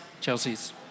Chelsea's